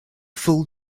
full